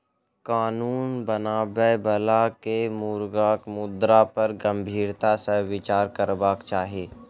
कानून बनाबय बला के मुर्गाक मुद्दा पर गंभीरता सॅ विचार करबाक चाही